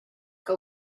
que